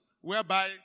whereby